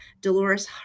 Dolores